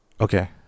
Okay